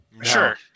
Sure